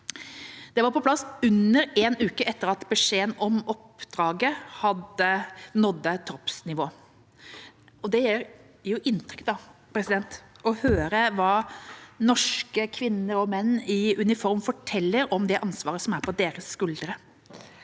De var på plass under en uke etter at beskjeden om oppdraget nådde troppsnivå. Det gjør inntrykk å høre hva norske kvinner og menn i uniform forteller om det ansvaret som er på deres skuldre.